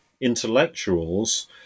intellectuals